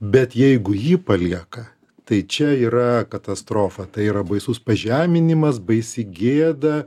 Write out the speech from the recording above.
bet jeigu jį palieka tai čia yra katastrofa tai yra baisus pažeminimas baisi gėda